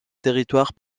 territoire